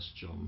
John